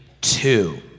two